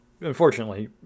unfortunately